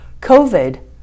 COVID